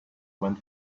went